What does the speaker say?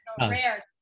rare